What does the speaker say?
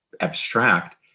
abstract